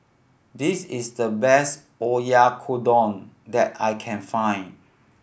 this is the best Oyakodon that I can find